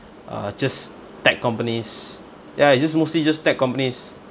uh just tech companies ya it's just mostly just tech companies